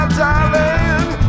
darling